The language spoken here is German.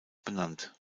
benannt